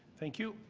thank you.